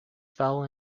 fell